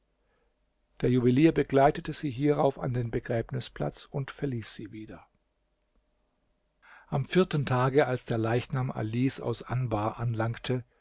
der juwelier begleitete sie hierauf an den begräbnisplatz und verließ sie wieder am vierten tage als der leichnam alis aus anbar anlangte